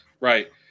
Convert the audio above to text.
right